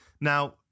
Now